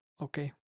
Okay